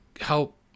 help